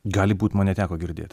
gali būt man neteko girdėt